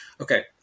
Okay